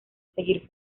seguir